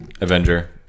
Avenger